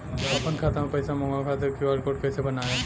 आपन खाता मे पईसा मँगवावे खातिर क्यू.आर कोड कईसे बनाएम?